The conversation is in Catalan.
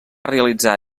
realitzar